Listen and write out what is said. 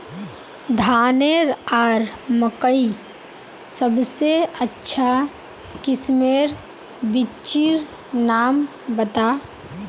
धानेर आर मकई सबसे अच्छा किस्मेर बिच्चिर नाम बता?